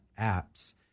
apps